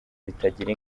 bitagira